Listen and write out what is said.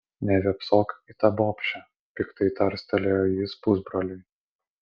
nevėpsok į tą bobšę piktai tarstelėjo jis pusbroliui